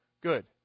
good